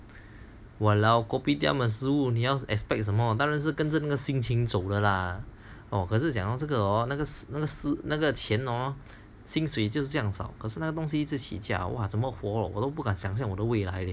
!walao! kopitiam 食物你要 expect 什么当然是跟着那个心情走的啦哦可是讲这个那个那个那个钱 hor 薪水就是这样找可是那个东西一直起价哇怎么我都不敢想象我的未来 !aiya!